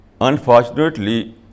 Unfortunately